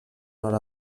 nord